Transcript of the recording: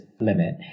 limit